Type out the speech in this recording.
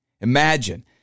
Imagine